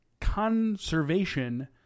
conservation